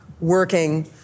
working